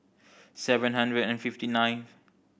seven hundred and fifty nine